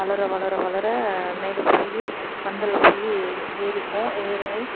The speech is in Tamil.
வளர வளர வளர மேலே போய் பந்தலில் போய் ஏ ஏறிக்கும் ஏறைன்